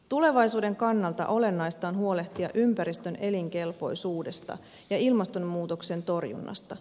tulevaisuuden kannalta olennaista on huolehtia ympäristön elinkelpoisuudesta ja ilmastonmuutoksen torjunnasta